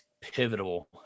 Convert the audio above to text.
pivotal